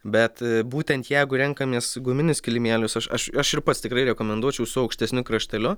bet būtent jeigu renkamės guminius kilimėlius aš aš ir pats tikrai rekomenduočiau su aukštesniu krašteliu